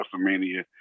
WrestleMania